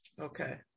Okay